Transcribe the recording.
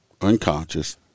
unconscious